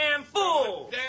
fool